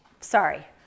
sorry